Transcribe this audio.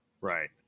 Right